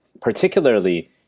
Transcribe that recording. particularly